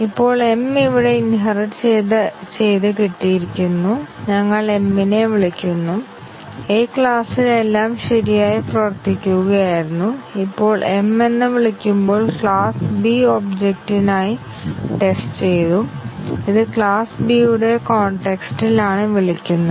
അപ്പോൾ m ഇവിടെ inherit ചെയ്ത് കിട്ടിയിരിക്കുന്നു ഞങ്ങൾ m നെ വിളിക്കുന്നു A ക്ലാസ്സിൽ എല്ലാം ശരിയായി പ്രവർത്തിക്കുകയായിരുന്നു ഇപ്പോൾ m എന്ന് വിളിക്കുമ്പോൾ ക്ലാസ് B ഒബ്ജക്റ്റ് നു ആയി ടെസ്റ്റ് ചെയ്തു ഇത് ക്ലാസ് B യുടെ കോൺടെക്സ്റ്റ് ഇൽ ആണ് വിളിക്കുന്നത്